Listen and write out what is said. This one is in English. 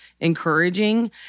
encouraging